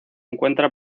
encuentra